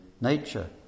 nature